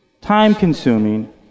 time-consuming